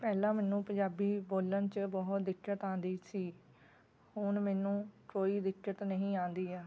ਪਹਿਲਾਂ ਮੈਨੂੰ ਪੰਜਾਬੀ ਬੋਲਣ 'ਚ ਬਹੁਤ ਦਿੱਕਤ ਆਉਂਦੀ ਸੀ ਹੁਣ ਮੈਨੂੰ ਕੋਈ ਦਿੱਕਤ ਨਹੀਂ ਆਉਂਦੀ ਹੈ